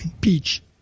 peach